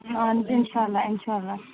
آ اِنشااللہ اِنشااللہ